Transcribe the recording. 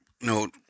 no